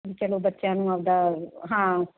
ਚਲੋ ਬੱਚਿਆਂ ਨੂੰ ਆਪਦਾ ਹਾਂ